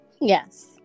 Yes